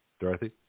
Dorothy